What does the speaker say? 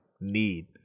need